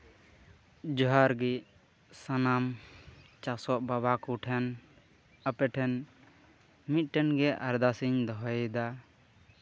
ᱡᱚᱦᱟᱨ ᱜᱮ ᱥᱟᱱᱟᱢ ᱪᱟᱥᱚᱜ ᱵᱟᱵᱟ ᱠᱚᱴᱷᱮᱱ ᱟᱯᱮᱴᱷᱮᱱ ᱢᱤᱫᱴᱷᱮᱱ ᱜᱮ ᱟᱨᱫᱟᱥ ᱤᱧ ᱫᱚᱦᱚᱭᱮᱫᱟ